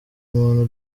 umuntu